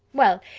well,